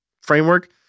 framework